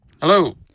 Hello